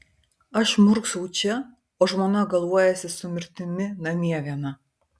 aš murksau čia o žmona galuojasi su mirtimi namie viena